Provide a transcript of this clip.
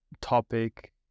topic